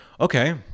Okay